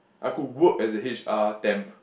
I could work as a H_R temp